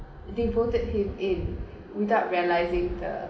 they voted him in without realising the